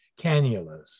cannulas